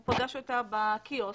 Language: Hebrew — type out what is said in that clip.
הם פשוט לא התייחסו אלינו ברצינות.